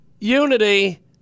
unity